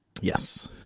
Yes